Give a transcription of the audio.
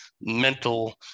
mental